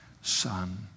Son